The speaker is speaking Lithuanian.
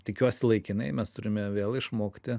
tikiuosi laikinai mes turime vėl išmokti